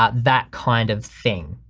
um that kind of thing.